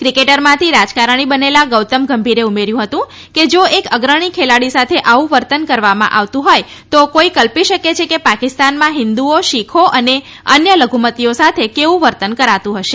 ક્રિકેટરમાંથી રાજકારણી બનેલા ગૌતમ ગંભીરે ઉમેર્થં હતું કે જો એક અગ્રણી ખેલાડી સાથે આવું વર્તન કરવામાં આવતું હોથ તો કોઈ કલ્પી શકે છે કે પાકિસ્તાનમાં હિન્દુઓ શીખો અને અન્ય લધુમતીઓ સાથે કેવું વર્તન કરાતું હશે